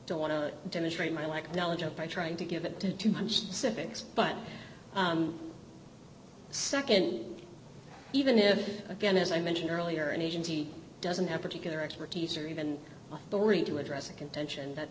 don't want to demonstrate my lack of knowledge of by trying to give it to too much civics but second even if again as i mentioned earlier an agency doesn't have particular expertise or even boring to address a contention that